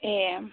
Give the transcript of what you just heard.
ए